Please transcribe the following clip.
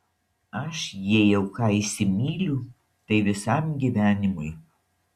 aš jei jau ką įsimyliu tai visam gyvenimui